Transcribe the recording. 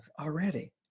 already